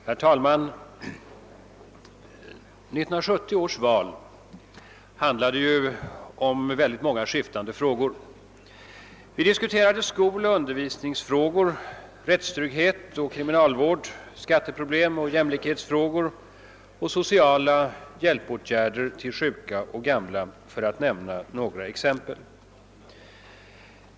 Herr talman! 1970 års val handlade om många skiftande frågor. Vi diskuterade skoloch undervisningsfrågor, rättstrygghet och kriminalvård, skatte problem och jämlikhetsfrågor samt sociala bjälpåtgärder för gamla och sjuka, för att nämna några exempel.